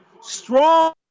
Strong